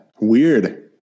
Weird